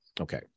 Okay